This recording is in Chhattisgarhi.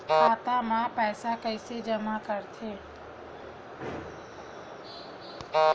खाता म पईसा कइसे जमा करथे?